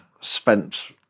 spent